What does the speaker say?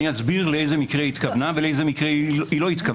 אני אסביר למה התכוונה ולמה לא התכוונה.